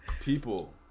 people